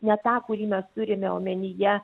ne tą kurį mes turime omenyje